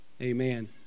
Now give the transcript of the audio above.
Amen